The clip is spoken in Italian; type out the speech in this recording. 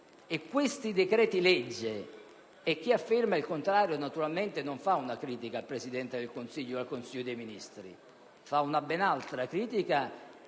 Grazie,